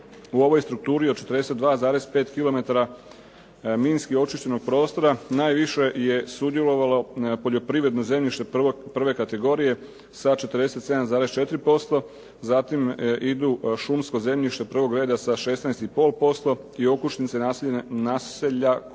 u ovoj strukturi od 42,5 km2 minski očišćenog prostora najviše je sudjelovalo poljoprivredno zemljište prve kategorije sa 47,4%. Zatim idu šumsko zemljište prvog reda sa 16,5% i naselja okućnica